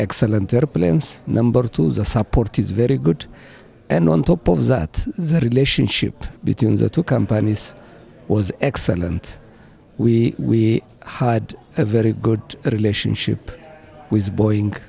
airplanes number two the support is very good and on top of that the relationship between the two companies was excellent we had a very good relationship with boeing